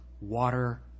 water